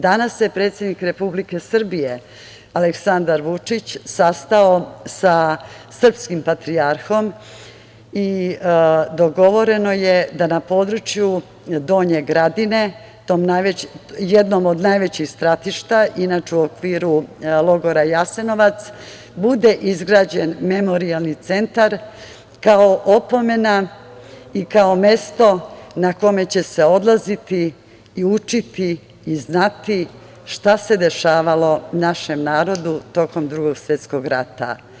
Danas se predsednik Republike Srbije Aleksandar Vučić sastao sa srpskim patrijarhom i dogovoreno je da na području Donje Gradine, jednom od najvećih stratišta u okviru logora Jasenovac, bude izgrađen memorijalni centar kao opomena i kao mesto na koje će odlaziti, i učiti, i znati šta se dešavalo našem narodu tokom Drugog svetskog rata.